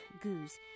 Goose